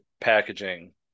packaging